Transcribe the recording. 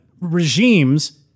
regimes